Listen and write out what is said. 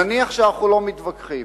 נניח שאנחנו לא מתווכחים.